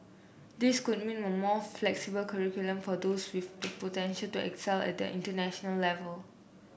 this could mean a more flexible curriculum for those with the potential to excel at the international level